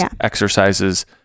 exercises